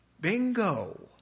Bingo